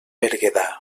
berguedà